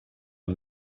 amb